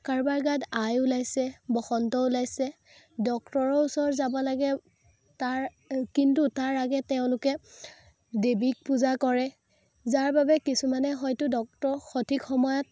কাৰোবাৰ গাত আই ওলাইছে বসন্ত ওলাইছে ডক্তৰৰ ওচৰত যাব লাগে তাৰ কিন্তু তাৰ আগে তেওঁলোকে দেৱীক পূজা কৰে যাৰ বাবে কিছুমানে হয়তো ডক্তৰ সঠিক সময়ত